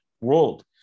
world